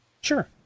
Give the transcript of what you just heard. Sure